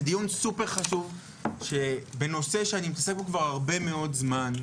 זה דיון סופר חשוב בנושא שאני מתעסק בו כבר הרבה מאוד זמן,